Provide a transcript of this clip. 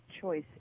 choice